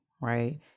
right